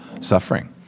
suffering